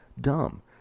DUMB